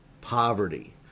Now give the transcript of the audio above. poverty